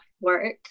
work